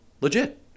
Legit